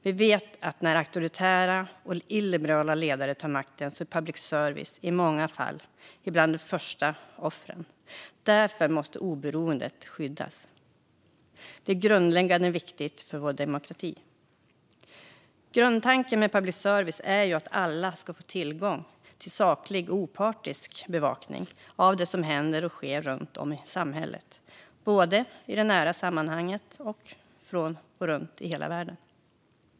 Vi vet att när auktoritära och illiberala ledare tar makten är public service i många fall bland de första offren. Därför måste oberoendet skyddas. Det är grundläggande viktigt för vår demokrati. Grundtanken med public service är att alla ska kunna få tillgång till saklig och opartisk bevakning av det som händer och sker runt om i samhället, både i det nära sammanhanget och runt om i världen.